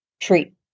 treat